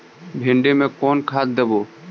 भिंडी में कोन खाद देबै?